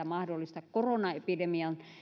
mahdollista koronaepidemian